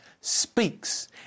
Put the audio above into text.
speaks